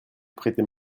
prêter